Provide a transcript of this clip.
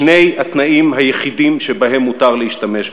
שני התנאים היחידים שבהם מותר להשתמש בו.